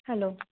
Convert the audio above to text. hello